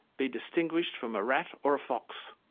be distinguished from a rat or a fox.